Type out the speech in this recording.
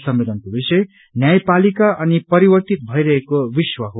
सम्मेलनको विषय न्यायपालिका अनि परिवर्तन भइरहेको विश्व हो